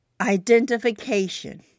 identification